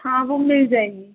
हाँ वो मिल जाएगी